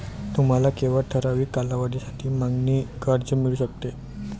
तुम्हाला केवळ ठराविक कालावधीसाठी मागणी कर्ज मिळू शकेल